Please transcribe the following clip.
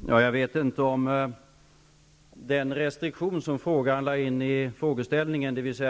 Fru talman! Jag vet inte om den restriktion som frågaren lade in i frågeställningen, dvs.